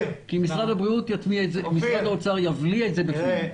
כי משרד האוצר יבליע את זה בפנים.